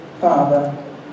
Father